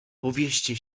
powieście